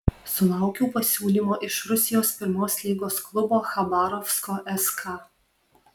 sulaukiau pasiūlymo iš rusijos pirmos lygos klubo chabarovsko ska